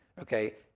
okay